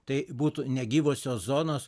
tai būtų negyvosios zonos